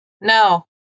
No